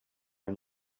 and